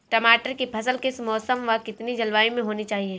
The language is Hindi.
टमाटर की फसल किस मौसम व कितनी जलवायु में होनी चाहिए?